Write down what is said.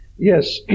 Yes